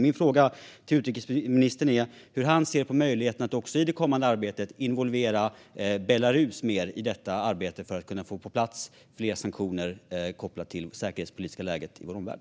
Min fråga till utrikesministern är hur han ser på möjligheterna att framöver involvera Belarus i arbetet med att få på plats fler sanktioner kopplade till det säkerhetspolitiska läget i vår omvärld.